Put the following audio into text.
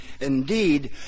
Indeed